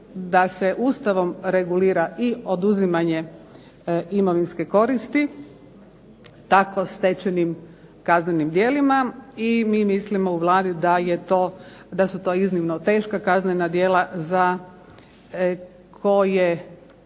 da se Ustavom regulira i oduzimanje imovinske koristi, tako stečenim kaznenim djelima, i mi mislimo u Vladi da je to, da su to iznimno teška kaznena djela za koje